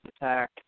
attack